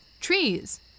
Trees